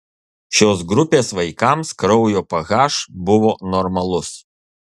šios grupės vaikams kraujo ph buvo normalus